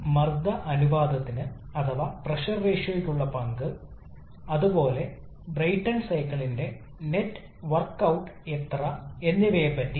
gas ടർബൈനിനുള്ള അനുയോജ്യമായ ചക്രത്തെക്കുറിച്ച് ഞാൻ സംസാരിച്ചു അത് ബ്രൈടൺ സൈക്കിൾ അല്ലെങ്കിൽ ജൂൾ സൈക്കിൾ ആണ്